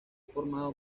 formado